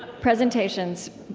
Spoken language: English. presentations.